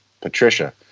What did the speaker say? Patricia